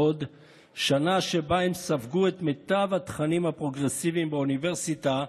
הגרעין, שמסכן בצורה משמעותית את מדינת ישראל.